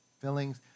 fillings